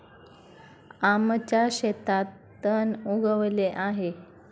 आमच्या शेतात तण उगवले आहे